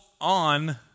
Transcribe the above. on